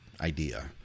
idea